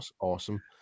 awesome